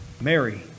Mary